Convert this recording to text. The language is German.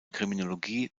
kriminologie